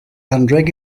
anrheg